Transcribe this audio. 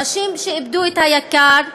אנשים שאיבדו את היקר להם,